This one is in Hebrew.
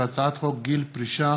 והצעת חוק גיל פרישה